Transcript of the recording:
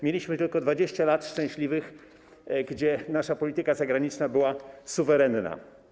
Mieliśmy tylko 20 lat szczęśliwych, kiedy to nasza polityka zagraniczna była suwerenna.